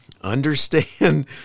understand